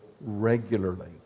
regularly